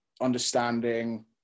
understanding